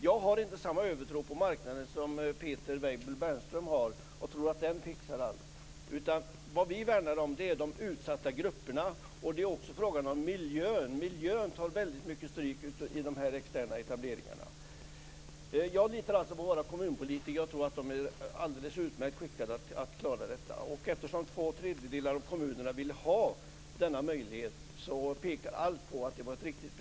Jag har inte samma övertro på marknaden som Peter Weibull Bernström har, att den fixar allt. Vad vi värnar om är de utsatta grupperna. Det är också fråga om miljön, som tar väldigt mycket stryk av de externa etableringarna. Jag litar på våra kommunpolitiker och tror att de är alldeles utmärkt skickade att klara detta. Eftersom två tredjedelar av kommunerna vill ha denna möjlighet pekar allt på att beslutet var riktigt.